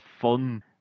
fun